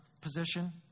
position